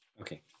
Okay